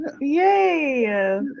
yay